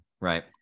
right